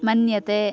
मन्यते